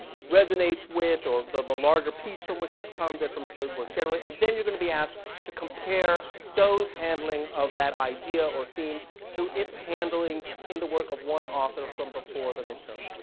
resonates with, or the the larger piece from which this comes and from stowe's work generally, and then you're going to be asked to compare stowe's handling of that idea or theme to its handling in the work of one author from before the midterm.